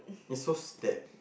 is so step